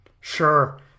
sure